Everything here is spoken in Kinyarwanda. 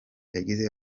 yagize